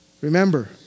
Remember